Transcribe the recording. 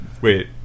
Wait